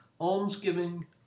Almsgiving